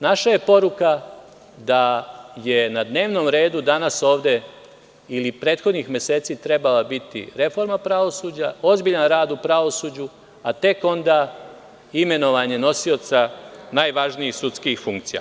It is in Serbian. Naša je poruka da je na dnevnom redu danas ovde, ili prethodnih meseci, trebala biti reforma pravosuđa, ozbiljan rad u pravosuđu, a tek onda imenovanje nosioca najvažnijih sudskih funkcija.